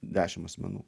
dešim asmenų